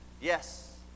Yes